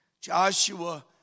Joshua